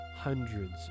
hundreds